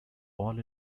all